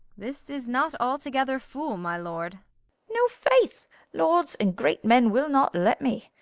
this is not altogether fool, my lord no, faith lords and great men will not let me.